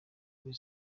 kuri